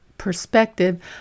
perspective